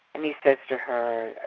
and he says to her,